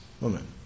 woman